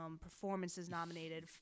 performances-nominated